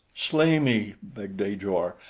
slay me! begged ajor.